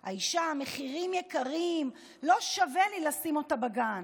האישה: המחירים יקרים, לא שווה לי לשים אותה בגן.